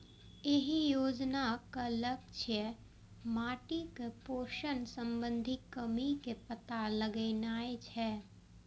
एहि योजनाक लक्ष्य माटिक पोषण संबंधी कमी के पता लगेनाय छै